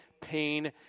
pain